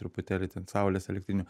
truputėlį ten saulės elektrinių